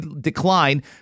decline